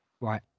Right